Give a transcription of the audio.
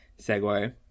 segue